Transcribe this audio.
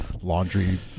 laundry